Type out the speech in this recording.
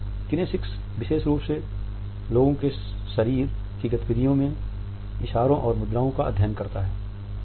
kinesics विशेष रूप से लोगों के शारीर की गतिविधिओं में इशारों और मुद्राओं का अध्ययन करता हैं